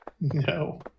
No